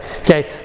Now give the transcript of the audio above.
Okay